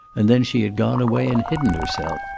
and then she had gone away and hidden herself.